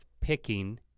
Picking